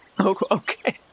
Okay